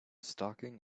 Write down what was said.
stalking